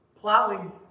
Plowing